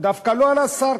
דווקא לא על השר,